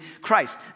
Christ